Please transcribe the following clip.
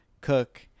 cook